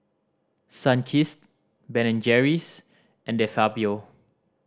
Sunkist Ben and Jerry's and De Fabio